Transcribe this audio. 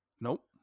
Nope